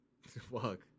Fuck